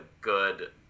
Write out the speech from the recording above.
good